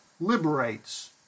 liberates